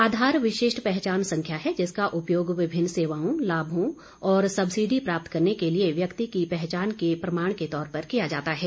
आधार विशिष्ट पहचान संख्या है जिसका उपयोग विभिन्न सेवाओं लाभों और सब्सिडी प्राप्त करने के लिए व्यक्ति की पहचान के प्रमाण के तौर पर किया जाता है